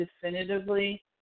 definitively